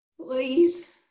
Please